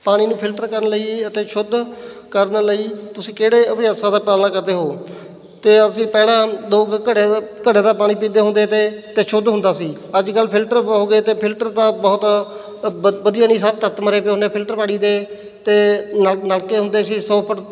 ਪਾਣੀ ਨੂੰ ਫਿਲਟਰ ਕਰਨ ਲਈ ਅਤੇ ਸ਼ੁੱਧ ਕਰਨ ਲਈ ਤੁਸੀਂ ਕਿਹੜੇ ਅਭਿਆਸਾਂ ਦਾ ਪਾਲਣਾ ਕਰਦੇ ਹੋ ਅਤੇ ਅਸੀਂ ਪਹਿਲਾਂ ਦੋ ਘੜੇ ਦਾ ਘੜੇ ਦਾ ਪਾਣੀ ਪੀਂਦੇ ਹੁੰਦੇ ਤੇ ਅਤੇ ਸ਼ੁੱਧ ਹੁੰਦਾ ਸੀ ਅੱਜ ਕੱਲ ਫਿਲਟਰ ਬ ਹੋ ਗਏ ਅਤੇ ਫਿਲਟਰ ਦਾ ਬਹੁਤ ਵ ਵਧ ਵਧੀਆ ਨਹੀਂ ਸਭ ਤੱਤ ਮਰੇ ਪਏ ਹੁੰਦੇ ਫਿਲਟਰ ਪਾਣੀ ਦੇ ਅਤੇ ਨਲ ਨਲਕੇ ਹੁੰਦੇ ਸੀ ਸੌ ਫੁਟ